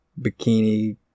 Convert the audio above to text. bikini